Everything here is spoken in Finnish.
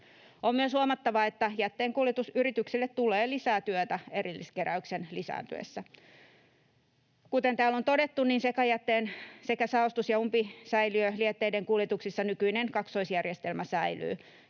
On myös huomattava, että jätteenkuljetusyrityksille tulee lisää työtä erilliskeräyksen lisääntyessä. Kuten täällä on todettu, sekajätteen sekä saostus- ja umpisäiliölietteen kuljetuksissa nykyinen kaksoisjärjestelmä säilyy.